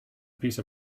piece